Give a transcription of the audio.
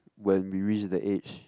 when we reach the age